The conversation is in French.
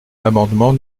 l’amendement